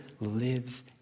lives